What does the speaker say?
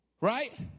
right